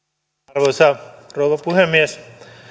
arvoisa rouva puhemies